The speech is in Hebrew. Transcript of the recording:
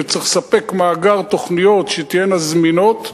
שצריך לספק מאגר תוכניות שתהיינה זמינות,